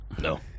No